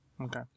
Okay